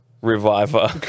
reviver